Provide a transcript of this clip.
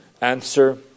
Answer